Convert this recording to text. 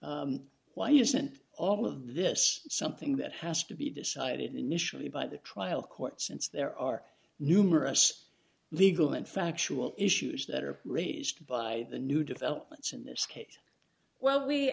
why isn't all of this something that has to be decided initially by the trial court since there are numerous legal and factual issues that are raised by the new developments in this case well we